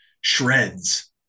Shreds